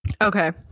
Okay